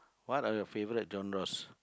what are your favourite genres